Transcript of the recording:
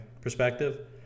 perspective